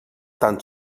tant